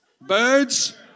Birds